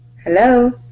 Hello